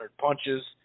punches